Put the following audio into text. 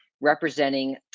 representing